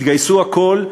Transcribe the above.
יתגייסו הכול,